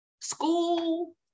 School